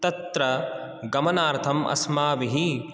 तत्र गमनार्थम् अस्माभिः